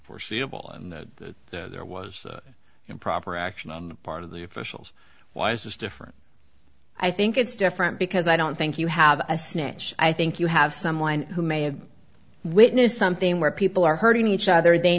foreseeable and that there was improper action on the part of the officials why is just different i think it's different because i don't think you have a snitch i think you have someone who may have witnessed something where people are hurting each other they